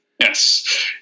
Yes